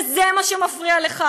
וזה מה שמפריע לך.